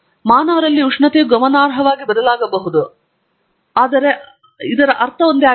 ಮಾನವರಲ್ಲಿ ಉಷ್ಣತೆಯು ಗಮನಾರ್ಹವಾಗಿ ಬದಲಾಗಬಹುದು ಆದರೆ ಇದರ ಅರ್ಥ ಒಂದೇ ಆಗಿರಬಹುದು